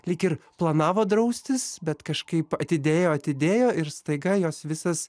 lyg ir planavo draustis bet kažkaip atidėjo atidėjo ir staiga jos visas